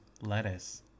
lettuce